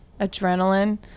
adrenaline